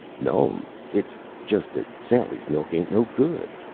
no'm, it's just that sally's milk ain't no good,